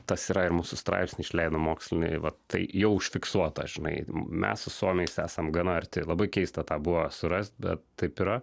tas yra ir mūsų straipsnį išleido mokslinį va tai jau užfiksuota žinai mes su suomiais esam gana arti labai keista tą buvo surast bet taip yra